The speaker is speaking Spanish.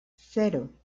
cero